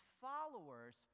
followers